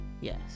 yes